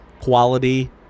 Quality